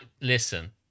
listen